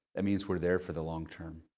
that mean we're there for the long term.